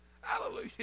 Hallelujah